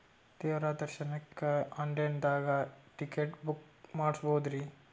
ದೇವ್ರ ದರ್ಶನಕ್ಕ online ದಾಗ ಟಿಕೆಟ ಬುಕ್ಕ ಮಾಡ್ಬೊದ್ರಿ?